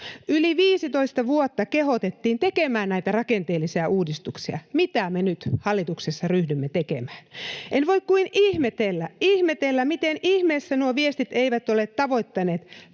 Yli 15 vuotta kehotettiin tekemään näitä rakenteellisia uudistuksia, mitä me nyt hallituksessa ryhdymme tekemään. En voi kuin ihmetellä, miten ihmeessä nuo viestit eivät ole tavoittaneet